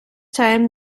time